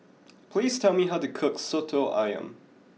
please tell me how to cook Soto Ayam